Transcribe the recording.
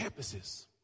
campuses